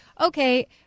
okay